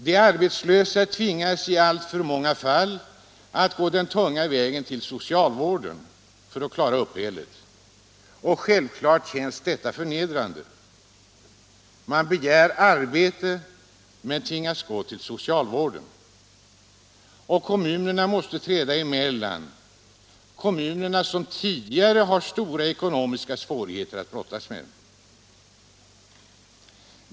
De arbetslösa tvingas i alltför många fall att gå den tunga vägen till socialvården för att klara uppehället, och självfallet känns detta förnedrande. Man begär arbete men tvingas gå till socialvården. Kommunerna måste träda emellan — kommunerna som redan tidigare har stora ekonomiska svårigheter att brottas med.